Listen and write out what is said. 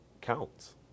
counts